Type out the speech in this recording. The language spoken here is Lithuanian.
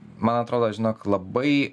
man atrodo žinok labai